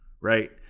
right